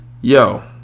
yo